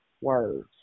words